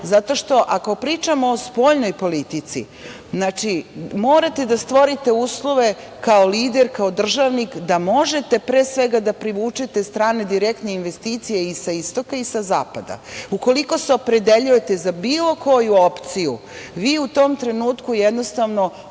Zato što ako pričamo o spoljnoj politici, morate da stvorite uslove kao lider, kao državnik da možete da privučete strane direktne investicije i sa istoka i sa zapada. Ukoliko se opredeljujete za bilo koju opciju, vi u tom trenutku, jednostavno,